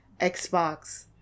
Xbox